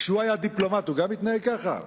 גם כשהוא היה דיפלומט הוא התנהג כך?